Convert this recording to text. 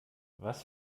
was